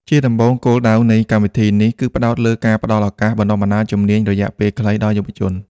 ជាដំបូង គោលដៅនៃកម្មវិធីនេះគឺផ្តោតលើការផ្តល់ឱកាសបណ្តុះបណ្តាលជំនាញរយៈពេលខ្លីដល់យុវជន។